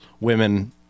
women